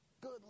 good